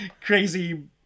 crazy